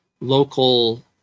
local